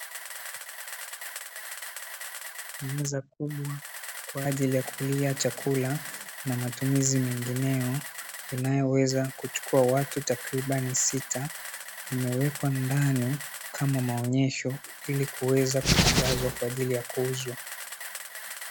Meza kubwa kwa ajili ya kulia chakula na matumizi mengineyo, inayoweza kuchukua watu takribani sita. Imewekwa ndani kama maonyesho ili kuweza kutangazwa kwa ajili ya kuuzwa.